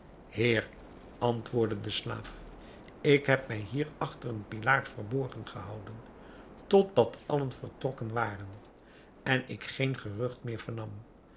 heer antwoordde de slaaf ik heb mij hier achter een pilaar verborgen gehouden totdat allen vertrokken waren en ik geen gerucht meer vernam